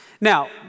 Now